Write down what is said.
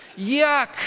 Yuck